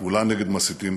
פעולה נגד מסיתים,